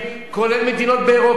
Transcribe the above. כולל מדינות באירופה,